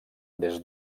des